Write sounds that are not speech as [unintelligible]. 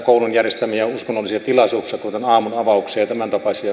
koulun järjestämiä uskonnollisia tilaisuuksia kuten aamunavauksia ja tämäntapaisia [unintelligible]